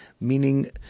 Meaning